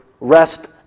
rest